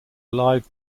live